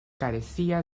carecía